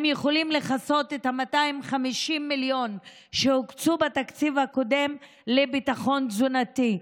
הם יכולים לכסות את 250 המיליון שהוקצו בתקציב הקודם לביטחון תזונתי.